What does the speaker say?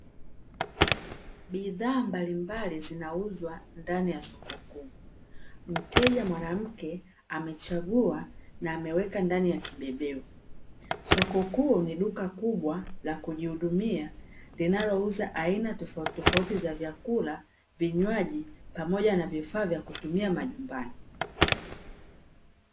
Bidhaa mbalimbali zinauzwa ndani ya soko kuu. Mteja mwanamke amechagua na ameweka ndani ya kibebeo. Soko kuu ni duka kubwa la kujihudumia linalouza aina tofautitofauti za vyakula, vinywaji pamoja na vifaa vya kutumia majumbani.